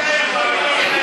איך אתה יכול להיות נגד?